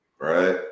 Right